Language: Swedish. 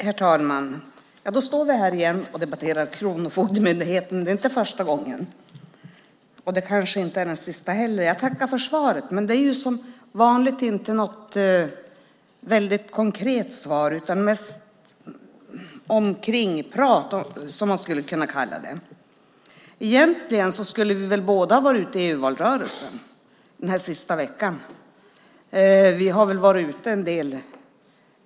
Herr talman! Då står vi här igen och debatterar Kronofogdemyndigheten. Det är inte första gången, och det kanske inte är den sista heller. Jag tackar för svaret, men det är som vanligt inte något konkret svar. Det är mest omkringprat, som man skulle kunna kalla det. Egentligen skulle vi väl båda ha varit ute i EU-valrörelsen den här sista veckan. Vi har varit ute en del.